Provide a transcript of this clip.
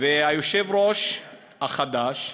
והיושב-ראש החדש,